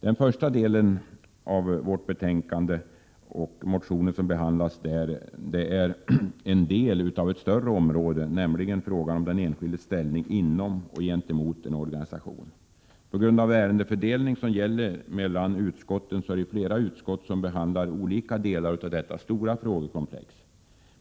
Den första delen av betänkandet och de motioner som behandlas där är en del av ett större område, nämligen den enskildes ställning inom och gentemot en organisation. På grund av den ärendefördelning som gäller mellan utskotten är det flera utskott som behandlar olika delar av detta stora frågekomplex.